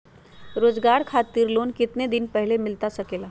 रोजगार खातिर लोन कितने दिन पहले मिलता सके ला?